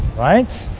right.